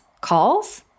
calls